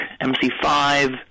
MC5